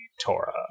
Torah